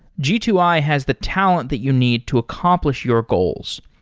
g two i has the talent that you need to accomplish your goals.